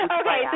Okay